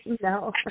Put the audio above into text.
No